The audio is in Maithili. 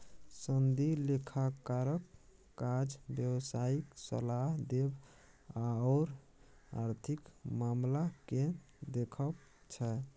सनदी लेखाकारक काज व्यवसायिक सलाह देब आओर आर्थिक मामलाकेँ देखब छै